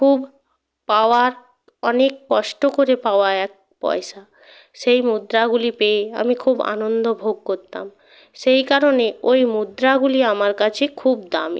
খুব পাওয়ার অনেক কষ্ট করে পাওয়া এক পয়সা সেই মুদ্রাগুলি পেয়ে আমি খুব আনন্দ ভোগ করতাম সেই কারণে ওই মুদ্রাগুলি আমার কাছে খুব দামি